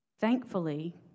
Thankfully